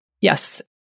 Yes